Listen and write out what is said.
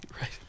Right